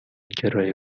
کرایه